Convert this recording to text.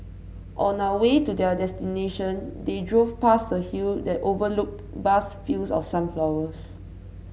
on a way to their destination they drove past a hill that overlooked vast fields of sunflowers